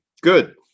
Good